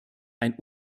ein